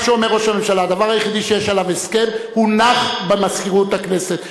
מה שאומר ראש הממשלה: הדבר היחידי שיש עליו הסכם הונח במזכירות הכנסת.